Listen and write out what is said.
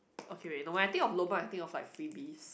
okay wait no when I think of lobang I think of like freebies